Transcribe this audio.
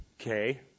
okay